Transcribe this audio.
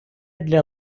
для